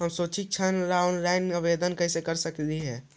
हम शैक्षिक ऋण ला ऑनलाइन आवेदन कैसे कर सकली हे?